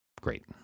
great